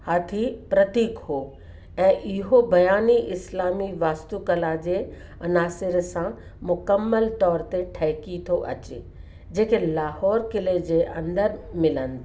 हाथी प्रतीक हुओ ऐं इहो बियाने इस्लामी वास्तू कला जे अनासिर सां मुकमल तौर ते ठहिकी थो अचे जेके लाहौर क़िले जे अंदरि मिलनि था